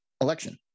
Election